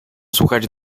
słuchać